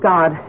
God